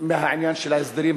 מהעניין של ההסדרים,